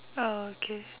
okay